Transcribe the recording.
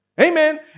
Amen